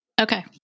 Okay